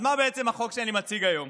אז מה בעצם החוק שאני מציג היום?